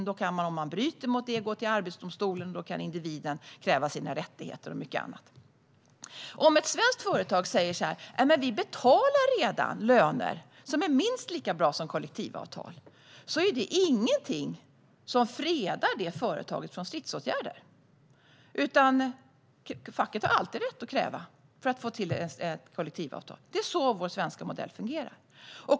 Om någon bryter mot det kan man gå till Arbetsdomstolen, och då kan individen kräva sina rättigheter och mycket annat. Om ett svenskt företag säger att man redan betalar löner som är minst lika bra som de som gäller enligt kollektivavtal är det ingenting som fredar detta företag från stridsåtgärder. Facket har alltid rätt att kräva kollektivavtal. Det är så vår svenska modell fungerar.